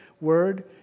word